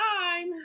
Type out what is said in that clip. time